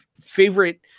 favorite